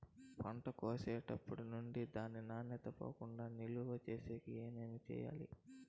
పంట కోసేటప్పటినుండి దాని నాణ్యత పోకుండా నిలువ సేసేకి ఏమేమి చేయాలి?